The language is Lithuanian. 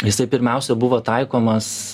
jisai pirmiausia buvo taikomas